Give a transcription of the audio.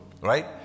Right